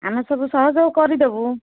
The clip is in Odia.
ଆମେ ସବୁ ସହଯୋଗ କରିଦେବୁ